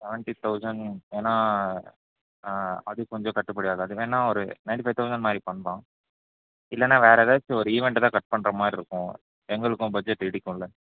seventy thousand ஏன்னா அது கொஞ்சம் கட்டுபடியாகாது வேணா ஒரு நைன்ட்டி ஃபைவ் தௌசண்ட் மாதிரி பண்ணலாம் இல்லன்னா வேற ஏதாச்சும் ஒரு ஈவெண்ட்டை தான் கட் பண்ணுற மாதிரி இருக்கும் எங்களுக்கும் பட்ஜெட் இடிக்கும்ல